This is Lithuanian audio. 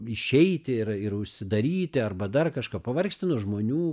išeiti ir ir užsidaryti arba dar kažką pavargsti nuo žmonių